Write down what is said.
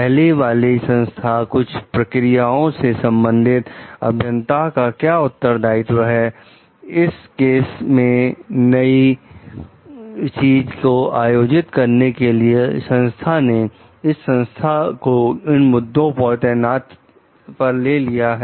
पहले वाली संस्था कुछ प्रक्रियाओं से संबंधित अभियंता का क्या उत्तरदायित्व है इस केस में नई चीज को आयोजित करने के लिए संस्था ने इस संस्था को इन मुद्दों पर ले लिया है